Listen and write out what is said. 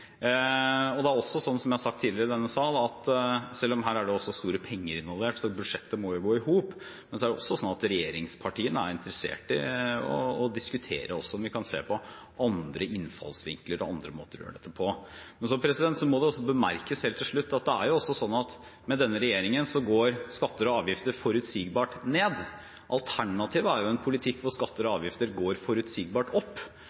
Det er også sånn, som jeg har sagt tidligere i denne salen – selv om her er det også store penger involvert, så budsjettet må jo gå i hop – at regjeringspartiene er interessert i å diskutere om vi kan se på andre innfallsvinkler og andre måter å gjøre dette på. Det må også bemerkes, helt til slutt, at med denne regjeringen går skatter og avgifter forutsigbart ned. Alternativet er en politikk hvor skatter og avgifter går forutsigbart opp,